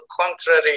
contrary